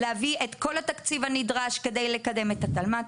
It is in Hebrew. להביא את כל התקציב הנדרש כדי לקדם את התלמ"ת.